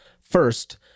first